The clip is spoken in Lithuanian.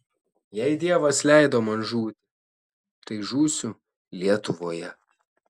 jei dievas leido man žūti tai žūsiu lietuvoje